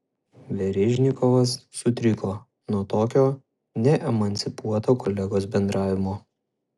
verižnikovas sutriko nuo tokio neemancipuoto kolegos bendravimo